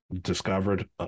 discovered